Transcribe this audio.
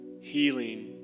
healing